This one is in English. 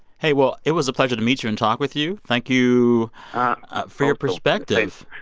hey, well, it was a pleasure to meet you and talk with you. thank you for your perspective.